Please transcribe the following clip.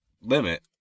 limit